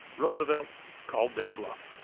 roosevelt called their bluff.